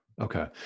Okay